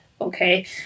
okay